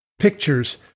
Pictures